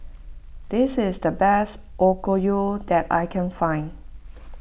this is the best Okayu that I can find